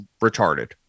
retarded